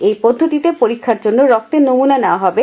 এই পদ্ধতিতে পরীক্ষার জন্য রক্তের নমুনা নেওয়া হবে